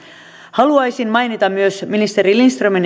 haluaisin mainita myös ministeri lindströmin